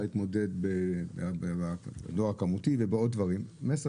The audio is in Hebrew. להתמודד עם דואר כמותי ובעוד דברים וחברת מסר,